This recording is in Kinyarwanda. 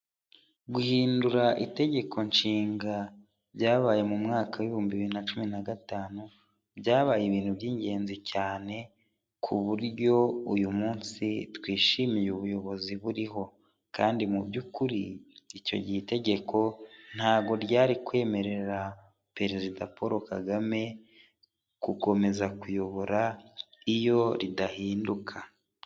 Guhindura itegekonshinga byabaye mu mwaka w'ibihumbi bibiri na cumi na gatanu, byabaye ibintu by'ingenzi cyane. Ku buryo uyu munsi twishimiye ubuyobozi buriho kandi mu byukuri icyo gihe itegeko ntabwo ryari kwemerera Perezida Paul Kagame gukomeza kuyobora iyo ridahinduka.